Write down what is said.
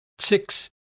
Six